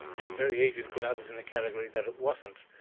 and very easy to put others in the category that it wasn't.